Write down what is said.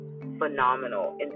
phenomenal